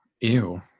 Ew